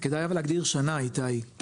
כדאי אבל להגדיר שנה איתי,